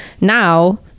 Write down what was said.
now